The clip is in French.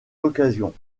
l’occasion